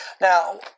Now